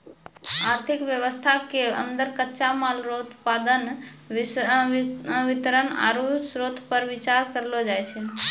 आर्थिक वेवस्था के अन्दर कच्चा माल रो उत्पादन वितरण आरु श्रोतपर बिचार करलो जाय छै